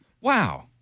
Wow